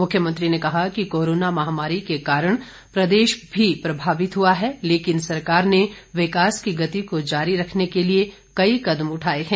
मुख्यमंत्री ने कहा कि कोरोना महामारी के कारण प्रदेश भी प्रभावित हुआ है लेकिन सरकार ने विकास की गति को जारी रखने के लिए कई कदम उठाए हैं